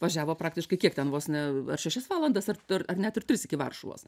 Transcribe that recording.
važiavo praktiškai kiek ten vos ne šešias valandas ar per ar net ir tris iki varšuvos